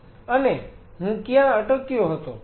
અને હું ક્યાં અટક્યો હતો